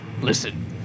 listen